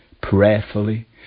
prayerfully